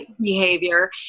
behavior